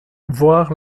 voir